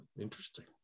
Interesting